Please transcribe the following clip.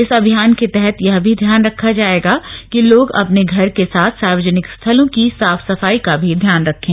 इस अभियान के तहत यह भी ध्यान रखा जाएगा कि लोग अपने घर के साथ सार्वजनिक स्थलों की साफ सफाई भी रखें